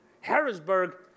Harrisburg